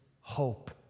hope